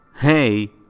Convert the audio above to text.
hey